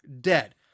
dead